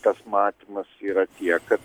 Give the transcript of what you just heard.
tas mąstymas yra tiek kad